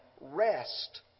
rest